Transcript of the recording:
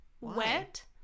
wet